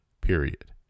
Period